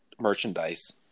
merchandise